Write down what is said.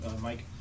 Mike